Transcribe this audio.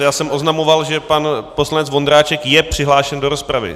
Já jsem oznamoval, že pan poslanec Vondráček je přihlášen do rozpravy.